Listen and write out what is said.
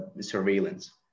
surveillance